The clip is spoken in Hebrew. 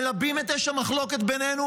מלבים את אש המחלוקת בינינו,